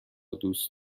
دوست